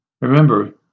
Remember